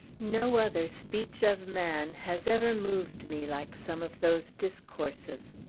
no other speech of man has ever moved me like some of those discourses.